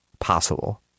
possible